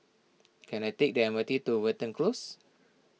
can I take the M R T to Watten Close